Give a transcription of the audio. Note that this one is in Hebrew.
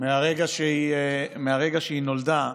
מהרגע שהיא נולדה,